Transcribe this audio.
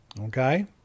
okay